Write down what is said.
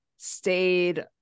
stayed